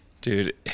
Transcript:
dude